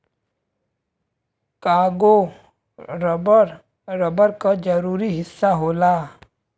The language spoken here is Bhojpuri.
कांगो रबर, रबर क जरूरी हिस्सा होला